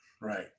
right